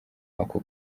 ako